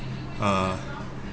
uh